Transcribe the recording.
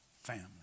family